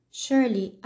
surely